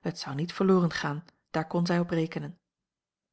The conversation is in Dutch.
het zou niet verloren gaan daar kon zij op rekenen